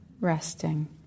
resting